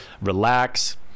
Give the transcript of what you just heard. relax